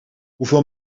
hoeveel